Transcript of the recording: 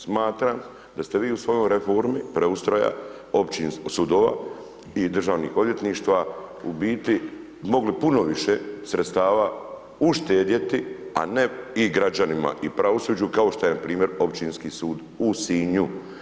Smatram da ste vi u svojoj reformi preustroja općinskih sudova i državnih odvjetništva u biti mogli puno više sredstava uštedjeti a ne i građanima, i pravosuđu kao što je npr. Općinski sud u Sinju.